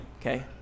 okay